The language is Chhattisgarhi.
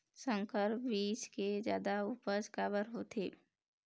संकर बीज के जादा उपज काबर होथे?